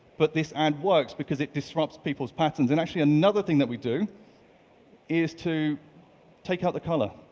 but this ad works because it disrupts people's patterns, and actually another thing that we do is to take out the color.